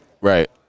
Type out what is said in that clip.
Right